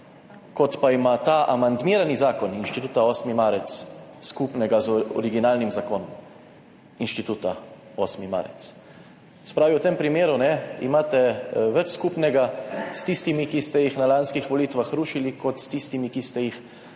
kot pa ima ta amandmirani zakon Inštituta 8. marec skupnega z originalnim zakonom Inštituta 8. marec. Se pravi, v tem primeru imate več skupnega s tistimi, ki ste jih na lanskih volitvah rušili, kot s tistimi, ki ste jih